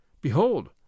Behold